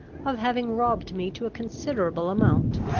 of having robbed me to a considerable amount.